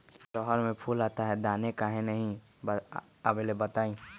रहर मे फूल आता हैं दने काहे न आबेले बताई?